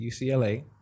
UCLA